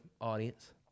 audience